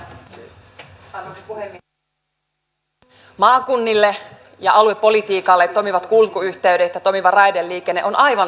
alueille maakunnille ja aluepolitiikalle toimivat kulkuyhteydet ja toimiva raideliikenne ovat aivan elin ehto